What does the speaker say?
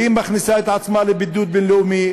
היא מכניסה את עצמה לבידוד בין-לאומי,